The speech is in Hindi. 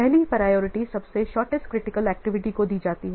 पहली प्रायोरिटी सबसे शॉर्टेस्ट क्रिटिकल एक्टिविटी को दी जाती है